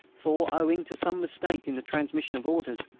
for, owing to some mistake in the transmission of orders,